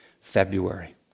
February